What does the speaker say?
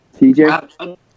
TJ